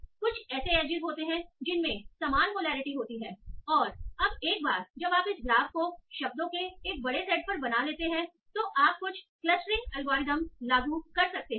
तो कुछ ऐसे एजइस होते हैं जिनमें समान पोलैरिटी होती है और अब एक बार जब आप इस ग्राफ को शब्दों के एक बड़े सेट पर बना लेते हैं तो आप कुछ क्लस्टरिंग एल्गोरिदम लागू कर सकते हैं